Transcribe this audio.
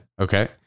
Okay